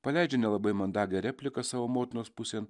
paleidžia nelabai mandagią repliką savo motinos pusėn